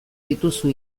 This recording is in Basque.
dituzu